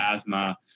asthma